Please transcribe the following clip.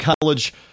college